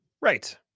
Right